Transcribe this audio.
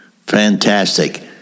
fantastic